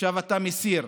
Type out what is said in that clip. עכשיו אתה מסיר.